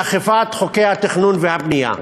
אכיפת חוקי התכנון והבנייה.